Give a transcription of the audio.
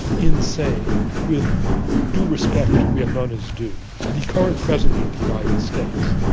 insane, with due respect where none is due, the current president of the united states.